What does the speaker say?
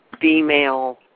female